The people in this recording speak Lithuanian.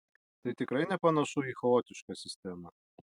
tai tikrai nepanašu į chaotišką sistemą